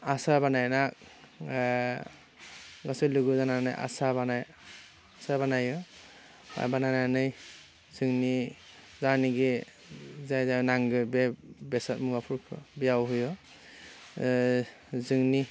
हासार बानायना गासै लोगो जानानै हासार बानाय हासार बानायो बानायनानै जोंनि जायनोखि जाय जाय नांगौ बे बेसाद मुवाफोरखौ बेयाव होयो जोंनि